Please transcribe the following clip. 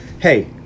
hey